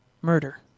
murder